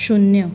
शुन्य